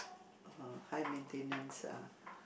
uh high maintenance ah